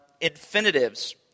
infinitives